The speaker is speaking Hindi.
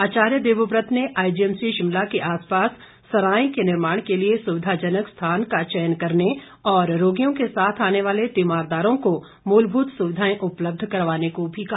आचार्य देवव्रत ने आईजीएमसी शिमला के आसपास सराय के निर्माण के लिए सुविधाजनक स्थान का चयन करने और रोगियों के साथ आने वाले तीमारदारों को मूलभूत सुविधाएं उपलब्ध करवाने को भी कहा